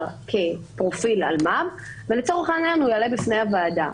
כפרופיל אלמ"ב ולצורך העניין הוא יעלה בפני הוועדה.